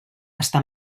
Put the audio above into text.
està